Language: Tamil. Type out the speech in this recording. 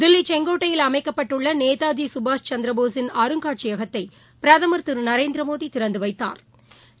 தில்லிசெங்கோட்டையில் அமைக்கப்பட்டுள்ளநேதாஜிகபாஷ் சந்திரபோஸின் அருங்காட்சியகத்தைபிரதமா் திருநரேந்திரமோடிதிறந்துவைத்தாா்